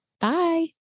Bye